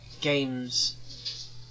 games